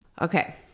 okay